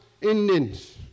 Indians